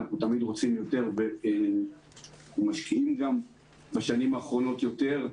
אנחנו תמיד רוצים יותר ומשקיעים גם בשנים האחרונות יותר.